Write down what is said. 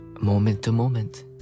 moment-to-moment